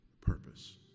purpose